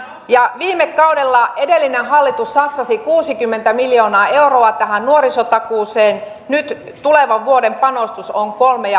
viime kaudella edellinen hallitus satsasi kuusikymmentä miljoonaa euroa tähän nuorisotakuuseen nyt tulevan vuoden panostus on kolme